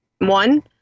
one